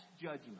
Judgment